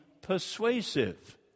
persuasive